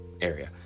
area